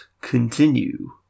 Continue